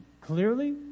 Clearly